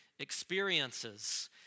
experiences